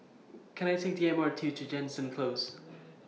Can I Take The M R T to Jansen Close